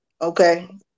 okay